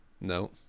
No